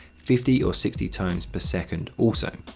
fifty or sixty times per second also.